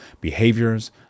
behaviors